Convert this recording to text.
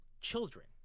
children